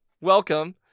welcome